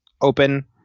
open